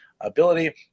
ability